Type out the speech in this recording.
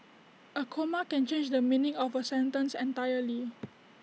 A comma can change the meaning of A sentence entirely